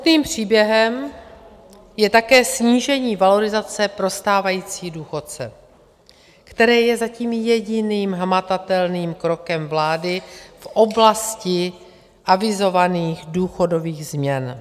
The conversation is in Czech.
Smutným příběhem je také snížení valorizace pro stávající důchodce, které je zatím jediným hmatatelným krokem vlády v oblasti avizovaných důchodových změn.